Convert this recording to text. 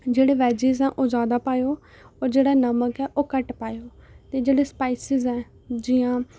जेह्ड़े वेजज न ओह् जादा पाएओ होर जेह्ड़ा नमक ऐ ओह् घट्ट पाएओ ते जेह्ड़े स्पाइसज ऐ जियां